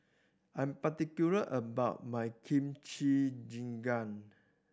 I am particular about my Kimchi Jjigae